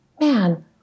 man